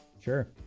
Sure